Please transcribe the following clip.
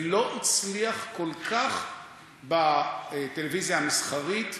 זה לא הצליח כל כך בטלוויזיה המסחרית.